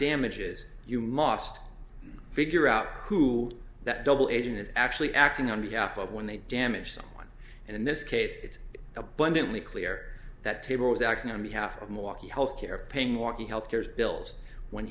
damages you must figure out who that double agent is actually acting on behalf of when they damage someone and in this case it's abundantly clear that table was acting on behalf of malaki health care paying walking health care bills when